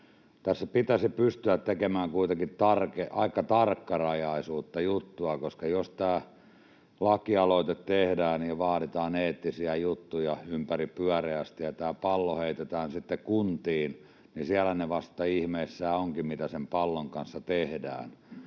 tässä pitäisi pystyä tekemään kuitenkin aika tarkkarajaista juttua. Jos tämä lakialoite tehdään ja vaaditaan eettisiä juttuja ympäripyöreästi ja pallo heitetään sitten kuntiin, niin siellähän ne vasta ihmeissään ovatkin, mitä sen pallon kanssa tehdään.